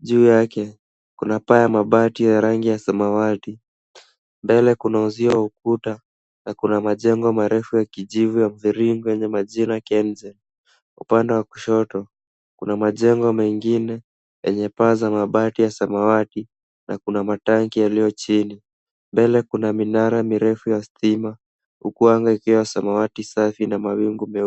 Juu yake kuna paa la bati ya rangi ya samawati. Mbele kuna uzio wa ukuta na kuna majengo marefu ya kijivu ya mviringo yenye majina Kengen. Upande wa kushoto kuna majengo mengine yenye paa za mabati ya samawati na kuna matanki yaliyo chini. Mbele kuna minara mirefu ya stima huku anga ikiwa samawati safi na mawingu meupe.